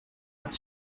ist